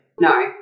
No